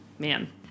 man